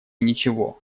ничего